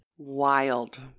wild